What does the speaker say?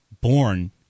born